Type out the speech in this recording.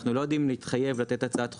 אנחנו לא יודעים להתחייב לתת הצעת חוק,